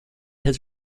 his